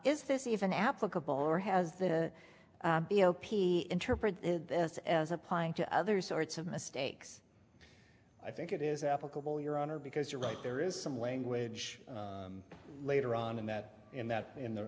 is this even applicable or has the b o p interpreted this as applying to other sorts of mistakes i think it is applicable your honor because you're right there is some language later on in that in that in the